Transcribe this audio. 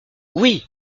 oui